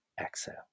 exhale